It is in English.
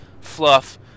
fluff